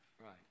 Right